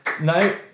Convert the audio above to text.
no